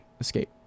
Escape